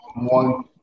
one